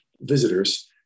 visitors